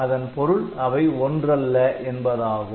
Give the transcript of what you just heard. அதன் பொருள் அவை ஒன்றல்ல என்பதாகும்